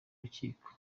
rukiko